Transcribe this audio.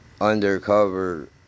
Undercover